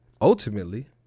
ultimately